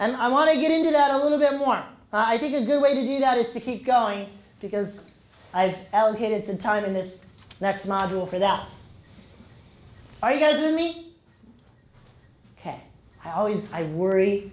and i want to get into that a little bit more i think a good way to do that is to keep going because i have allocated some time in this next model for that are you kidding me ok i always i worry